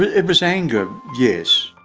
ah it was anger, yes,